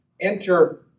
enter